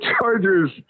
Chargers